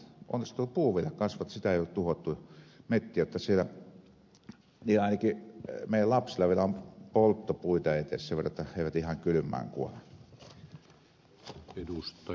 onneksi tuo puu vielä kasvaa metsiä ei ole tuhottu jotta ainakin meidän lapsilla vielä on polttopuita edes sen verran jotta he eivät ihan kylmään kuole